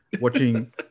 watching